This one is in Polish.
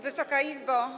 Wysoka Izbo!